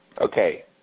Okay